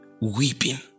weeping